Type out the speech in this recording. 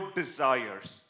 desires